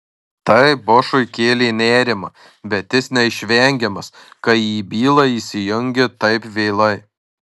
tai bošui kėlė nerimą bet jis neišvengiamas kai į bylą įsijungi taip vėlai